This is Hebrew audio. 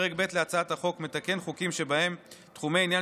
פרק ב' להצעת החוק מתקן חוקים שבהם תחומי עניין